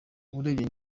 urebye